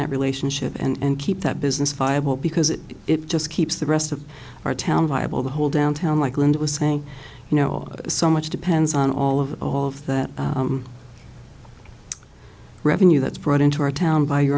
that relationship and keep that business viable because it just keeps the rest of our town viable the whole downtown like linda was saying you know so much depends on all of all of that revenue that's brought into our town by your